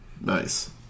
Nice